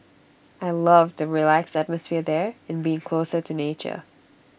I love the relaxed atmosphere there and being closer to nature